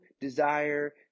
desire